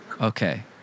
Okay